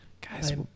Guys